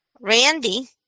randy